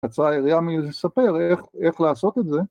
קצרה היריעה מלספר איך לעשות את זה